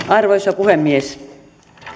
arvoisa puhemies